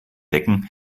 decken